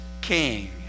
king